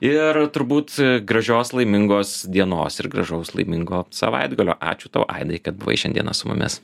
ir turbūt gražios laimingos dienos ir gražaus laimingo savaitgalio ačiū tau aidai kad buvai šiandieną su mumis